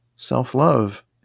Self-love